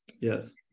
Yes